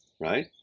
right